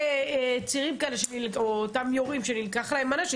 צעירים כאלה או אותם יורים שנלקח להם הנשק,